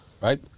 Right